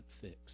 fix